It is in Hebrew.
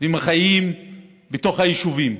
חיבקו אותם, והם חיים בתוך היישובים.